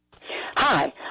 Hi